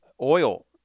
oil